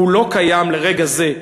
הוא לא קיים, לרגע זה,